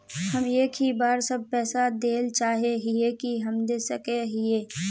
हम एक ही बार सब पैसा देल चाहे हिये की हम दे सके हीये?